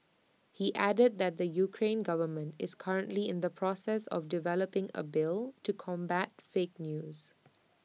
he added that the Ukrainian government is currently in the process of developing A bill to combat fake news